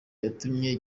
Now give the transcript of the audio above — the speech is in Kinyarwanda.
yatumye